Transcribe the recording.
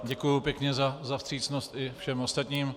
Děkuji pěkně za vstřícnost i všem ostatním.